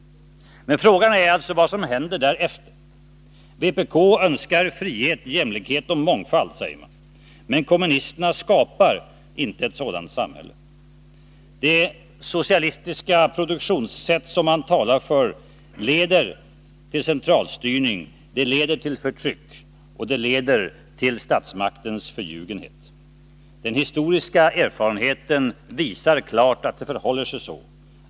Men frågan är alltså vad som händer därefter. Vpk önskar frihet, jämlikhet och mångfald, säger man. Men kommunisterna skapar inte ett sådant samhälle. Det socialistiska produktionssätt som man talar för leder till centralstyrning. Det leder till förtryck och till statsmaktens förljugenhet. Den historiska erfarenheten visar klart att det förhåller sig så.